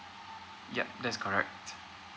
yup that's correct